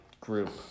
group